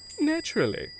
Naturally